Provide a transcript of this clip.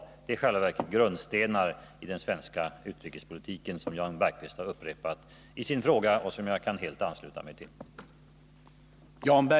Det är i själva verket grundstenar i den svenska utrikespolitiken som Jan Bergqvist har upprepat i sin fråga, och jag kan helt ansluta mig till dem.